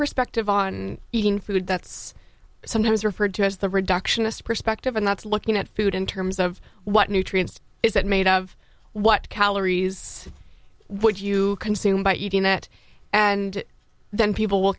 perspective on eating food that's sometimes referred to as the reduction of perspective and that's looking at food in terms of what nutrients is that made of what calories what you consume by eating that and then people will